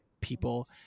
people